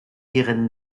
ihren